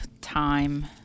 time